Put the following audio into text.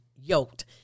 yoked